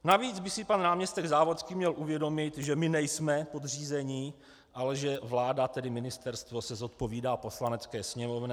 Navíc by si pan náměstek Závodský měl uvědomit, že my nejsme podřízení, ale že vláda, tedy ministerstvo, se zodpovídá Poslanecké sněmovně.